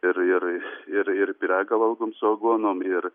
ir ir ir ir pyragą valgom su aguonom ir